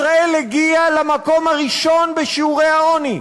ישראל הגיעה למקום הראשון בשיעורי העוני,